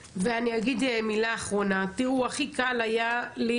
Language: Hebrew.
מילה אחרונה: הכי קל היה לי